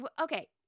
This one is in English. okay